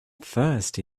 first